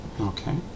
Okay